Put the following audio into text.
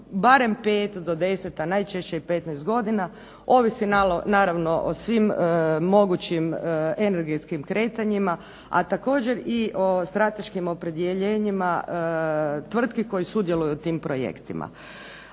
barem 5 do 10, a najčešće i 15 godina, ovisi naravno o svim mogućim energetskim kretanja, a također i o strateškim opredjeljenjima tvrtki koje sudjeluju u tim projektima.